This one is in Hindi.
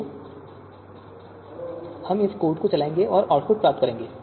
तो हम इस कोड को चलाएंगे और आउटपुट प्राप्त करेंगे